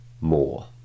more